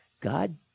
God